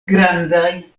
grandaj